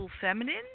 feminine